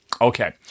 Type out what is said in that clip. Okay